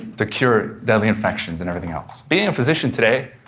to cure deadly infections and everything else. being a physician today